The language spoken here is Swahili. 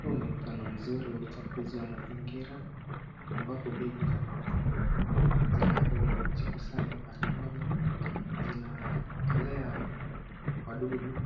Huu ni mfano mzuri wa uchafuzi wa mazingira ambapo begi za karatasi zinapojikusanya mahali pamoja zinalea wadudu